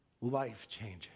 life-changing